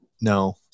no